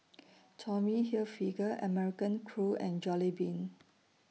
Tommy Hilfiger American Crew and Jollibean